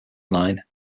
line